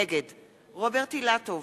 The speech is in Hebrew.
נגד רוברט אילטוב,